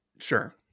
Sure